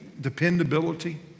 dependability